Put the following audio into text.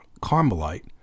Carmelite